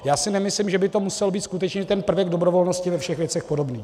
Já si nemyslím, že by to musel být skutečně ten prvek dobrovolnosti ve všech věcech podobný.